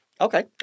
Okay